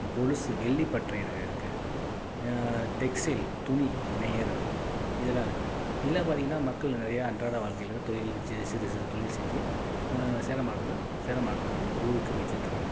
கொலுசு வெள்ளி பட்றை இருக்குது இருக்குது டெக்ஸ்டைல் துணி நெய்யுறது இதெல்லாம் இருக்குது இதெலாம் பார்த்திங்கன்னா மக்கள் நிறைய அன்றாட வாழ்க்கையில் தொழில் சிறு சிறு தொழில் செஞ்சி சேலம் மாவட்டத்தில் சேலம் மாவட்டத்தை வந்து ஊக்குவிச்சிட்ருக்காங்க